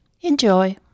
Enjoy